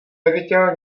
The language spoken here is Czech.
neviděl